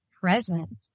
present